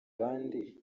bandi